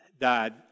died